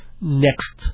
next